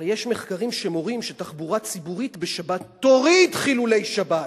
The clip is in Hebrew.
הרי יש מחקרים שמראים שתחבורה ציבורית בשבת תוריד חילולי שבת,